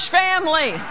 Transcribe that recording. family